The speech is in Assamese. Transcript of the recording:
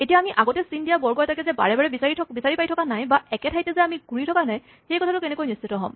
এতিয়া আমি আগতে চিন দিয়া বৰ্গ এটাকে যে বাৰে বাৰে বিচাৰি পায় থকা নাই বা একে ঠাইতে যে আমি ঘুৰি থকা নাই সেইটো কেনেকৈ নিশ্চিত হ'ম